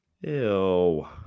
Ew